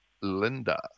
Linda